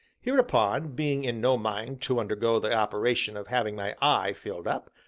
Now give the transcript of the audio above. hereupon, being in no mind to undergo the operation of having my eye filled up,